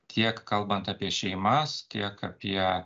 tiek kalbant apie šeimas tiek apie